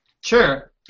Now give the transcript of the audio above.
Sure